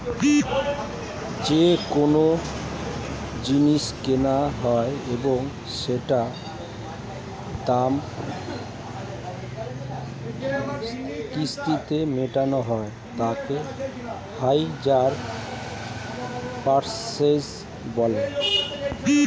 যখন কোনো জিনিস কেনা হয় এবং সেটার দাম কিস্তিতে মেটানো হয় তাকে হাইয়ার পারচেস বলে